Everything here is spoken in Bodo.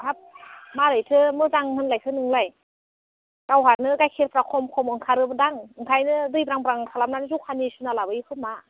हाब मारैथो मोजां होनलायखो नोंलाय गावहानो गायखेरफ्रा खम खम ओंखारो दां ओंखायनो दैब्रांब्रां खालामनानै जखानि सिमा लाबोयो खोमा